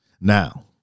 Now